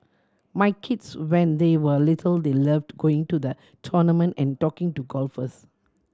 my kids when they were little they loved going to the tournament and talking to golfers